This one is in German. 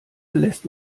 lässt